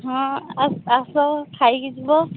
ହଁ ଆସ ଖାଇକି ଯିବ